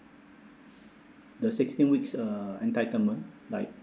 the sixteen weeks uh entitlement like